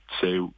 say